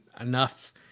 enough